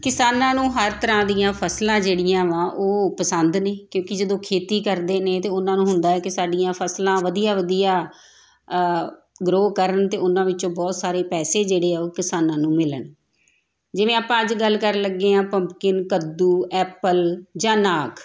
ਕਿਸਾਨਾਂ ਨੂੰ ਹਰ ਤਰ੍ਹਾਂ ਦੀਆਂ ਫ਼ਸਲਾਂ ਜਿਹੜੀਆਂ ਵਾ ਉਹ ਪਸੰਦ ਨੇ ਕਿਉਂਕਿ ਜਦੋਂ ਖੇਤੀ ਕਰਦੇ ਨੇ ਤਾਂ ਉਹਨਾਂ ਨੂੰ ਹੁੰਦਾ ਕਿ ਸਾਡੀਆਂ ਫ਼ਸਲਾਂ ਵਧੀਆ ਵਧੀਆ ਗਰੋ ਕਰਨ ਅਤੇ ਉਹਨਾਂ ਵਿੱਚੋਂ ਬਹੁਤ ਸਾਰੇ ਪੈਸੇ ਜਿਹੜੇ ਆ ਉਹ ਕਿਸਾਨਾਂ ਨੂੰ ਮਿਲਣ ਜਿਵੇਂ ਆਪਾਂ ਅੱਜ ਗੱਲ ਕਰਨ ਲੱਗੇ ਹਾਂ ਪੰਪਕਿਨ ਕੱਦੂ ਐਪਲ ਜਾਂ ਨਾਕ